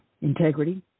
Integrity